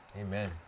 Amen